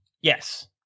yes